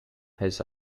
has